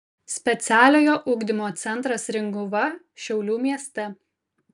specialiojo ugdymo centras ringuva šiaulių mieste